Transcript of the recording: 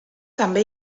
també